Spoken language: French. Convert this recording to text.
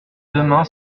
demain